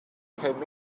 came